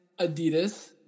Adidas